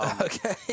Okay